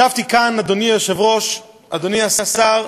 ישבתי כאן, אדוני היושב-ראש, אדוני השר,